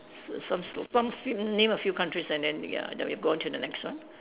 s~ some s~ some f~ name a few countries and then ya then we go on to the next one